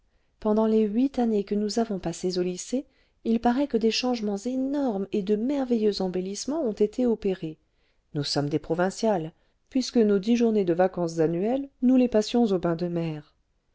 pendant les huit années que nous avons passées au lycée il paraît que des changements énormes et de merveilleux embellissements ont été opérés nous sommes des provinciales puisque nos dix journées de vacances annuelles nous les passions aux bains de mer